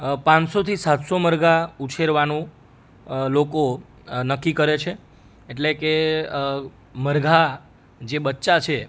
પાંચસોથી સાતસો મરઘાં ઉછેરવાનું લોકો નક્કી કરે છે એટલે કે મરઘા જે બચ્ચા છે